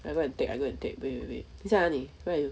I go and take I go and take wait wait wait 你在哪里 where are you